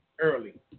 early